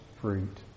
fruit